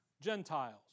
Gentiles